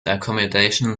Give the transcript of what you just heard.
accommodation